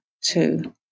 two